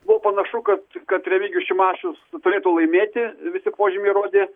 buvo panašu kad kad remigijus šimašius turėtų laimėti visi požymiai rodė